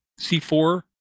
C4